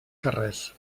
carrers